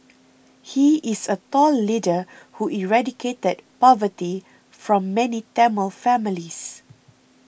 he is a tall leader who eradicated poverty from many Tamil families